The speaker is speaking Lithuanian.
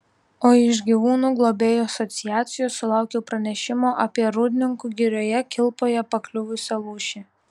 o iš gyvūnų globėjų asociacijos sulaukiau pranešimo apie rūdninkų girioje kilpoje pakliuvusią lūšį